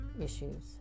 issues